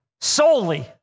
Solely